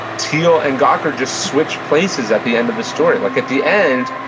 thiel and gawker just switched places at the end of the story. like at the end,